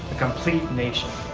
complete nationit